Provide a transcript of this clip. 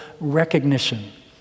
recognition